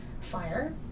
fire